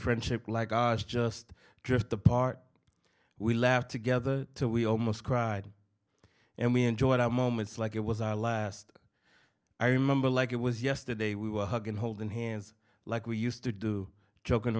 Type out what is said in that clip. friendship like ours just drift apart we laughed together we almost cried and we enjoyed our moments like it was our last i remember like it was yesterday we were hugging holding hands like we used to do joking